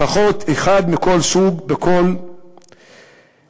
לפחות אחד מכל סוג בכל שכונה.